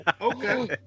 Okay